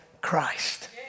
Christ